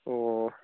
ꯑꯣ